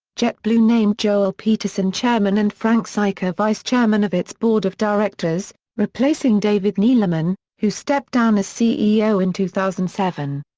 jetblue named joel peterson chairman and frank sica vice chairman of its board of directors, replacing david neeleman, who stepped down as ceo in two thousand and seven.